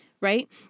Right